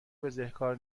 بزهکار